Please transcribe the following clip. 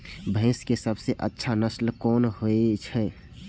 भैंस के सबसे अच्छा नस्ल कोन होय छे?